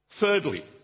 Thirdly